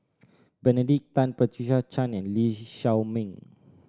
Benedict Tan Patricia Chan and Lee Shao Meng